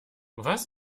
was